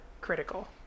critical